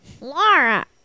Laura